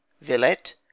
villette